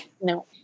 No